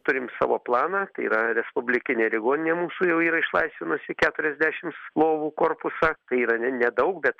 turim savo planą tai yra respublikinė ligoninė mūsų jau yra išlaisvinusi keturiasdešims lovų korpusą tai yra ne nedaug bet